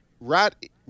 Right